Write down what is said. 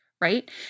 right